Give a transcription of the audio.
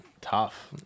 Tough